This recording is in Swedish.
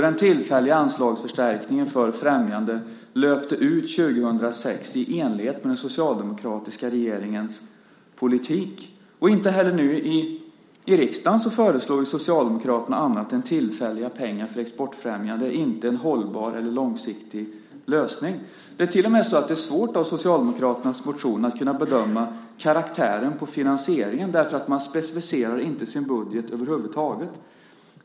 Den tillfälliga anslagsförstärkningen för främjande löpte ut 2006 i enlighet med den socialdemokratiska regeringens politik. Inte heller nu i riksdagen föreslår Socialdemokraterna annat än tillfälliga pengar för exportfrämjande, det vill säga inte en hållbar eller långsiktig lösning. Det är till och med svårt att av Socialdemokraternas motion bedöma karaktären på finansieringen eftersom man över huvud taget inte specificerar sin budget.